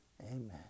Amen